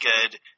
good